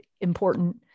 important